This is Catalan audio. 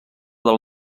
del